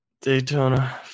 Daytona